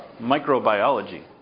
microbiology